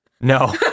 No